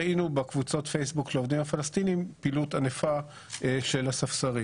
ראינו בקבוצות הפייסבוק של העובדים הפלסטינים פעילות ענפה של הספסרים.